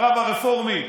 הרב הרפורמי,